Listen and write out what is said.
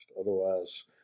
Otherwise